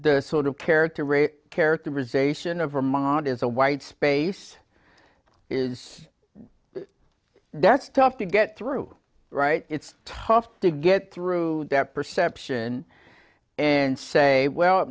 the sort of character a characterization of vermont is a white space is that's tough to get through right it's tough to get through that perception and say well